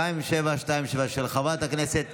2727, של חברת הכנסת